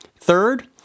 Third